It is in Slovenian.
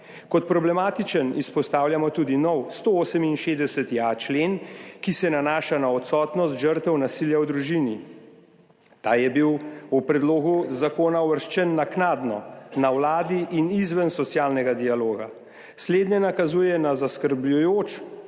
Kot problematičen izpostavljamo tudi novi 168.a člen, ki se nanaša na odsotnost žrtev nasilja v družini. Ta je bil v predlog zakona uvrščen naknadno, na Vladi in izven socialnega dialoga. Slednje nakazuje na zaskrbljujoč